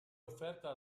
offerta